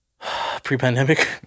Pre-pandemic